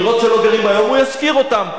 דירות שלא גרים היום, הוא ישכיר אותן.